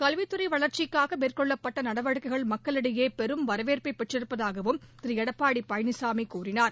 கல்வித்துறை வளர்ச்சிக்காக மேற்கொள்ளப்பட்ட நடவடிக்கைகள் மக்களிடையே பெரும் வரவேற்பை பெற்றிருப்பதாகவும் திரு எடப்பாடி பழனிசாமி கூறினார்